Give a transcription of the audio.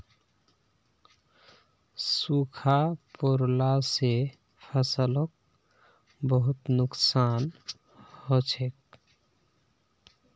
सूखा पोरला से फसलक बहुत नुक्सान हछेक